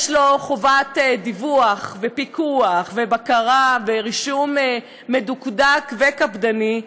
יש לו חובת דיווח ופיקוח ובקרה ברישום מדוקדק וקפדני,